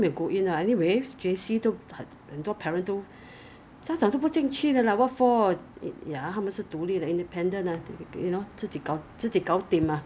mm